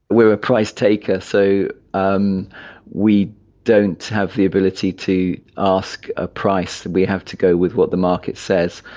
we're a price taker. so um we don't have the ability to ask a price. we have to go with what the market says.